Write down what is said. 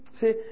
say